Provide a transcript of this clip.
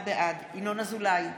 בעד ינון אזולאי,